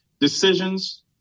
decisions